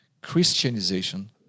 Christianization